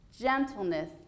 gentleness